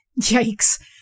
Yikes